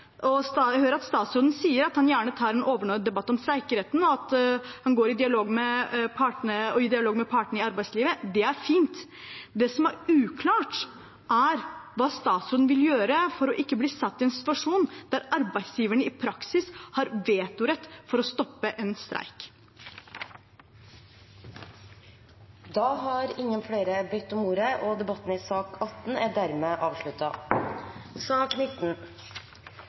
Jeg hører at statsråden sier at han gjerne tar en overordnet debatt om streikeretten, og i dialog med partene i arbeidslivet. Det er fint. Det som er uklart, er hva statsråden vil gjøre for ikke å bli satt i en situasjon der arbeidsgiverne i praksis har vetorett til å stoppe en streik. Flere har ikke bedt om ordet til sak nr. 18. Etter ønske fra arbeids- og sosialkomiteen vil presidenten ordne debatten